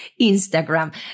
Instagram